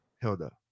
Hilda